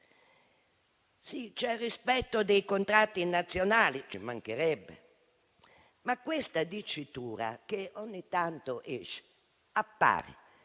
Sì, c'è il rispetto dei contratti nazionali: ci mancherebbe. Ma questa dicitura che ogni tanto compare